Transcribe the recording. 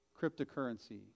cryptocurrency